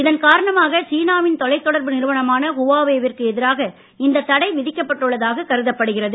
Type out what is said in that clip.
இதன் காரணமாக சீனாவின் தொலைத்தொடர்பு நிறுவனமான ஹுவாவே விற்கு எதிராகவே இந்த தடை விதிக்கப்பட்டுள்ளதாக கருதப்படுகிறது